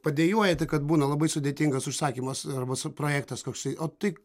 padejuojat kad būna labai sudėtingas užsakymas arba su projektas koksai o tai